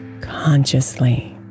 consciously